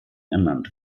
ernannt